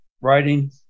writing